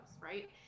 right